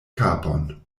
kapon